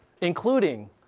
including